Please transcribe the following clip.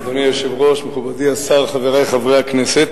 אדוני היושב-ראש, מכובדי השר, חברי חברי הכנסת,